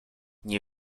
nie